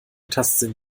tastsinn